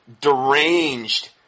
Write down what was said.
deranged